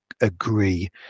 agree